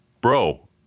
Bro